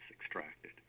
extracted